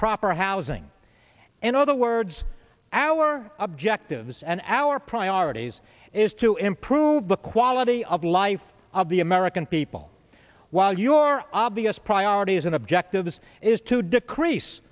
proper housing in other words our objectives and our priorities is to improve the quality of life of the american people while your obvious priorities and objectives is to decrease